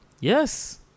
Yes